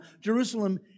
Jerusalem